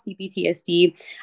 CPTSD